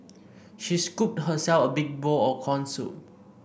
she scooped herself a big bowl of corn soup